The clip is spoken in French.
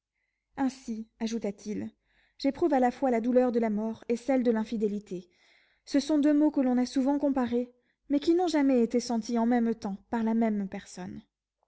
ainsi ajouta-t-il j'éprouve à la fois la douleur de la mort et celle de l'infidélité ce sont deux maux que l'on a souvent comparés mais qui n'ont jamais été sentis en même temps par la même personne